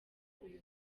uyu